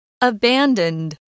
Abandoned